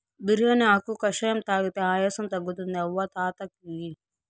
బిర్యానీ ఆకు కషాయం తాగితే ఆయాసం తగ్గుతుంది అవ్వ తాత కియి